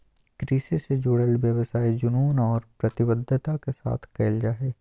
कृषि से जुडल व्यवसाय जुनून और प्रतिबद्धता के साथ कयल जा हइ